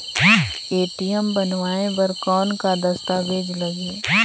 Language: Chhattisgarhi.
ए.टी.एम बनवाय बर कौन का दस्तावेज लगही?